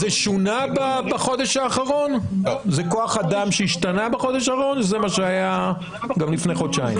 זה כוח אדם שהשתנה בחודש האחרון או זה מה שהיה גם לפני חודשיים?